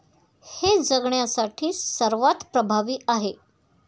हे जगण्यासाठी सर्वात प्रभावी आहे